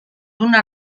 una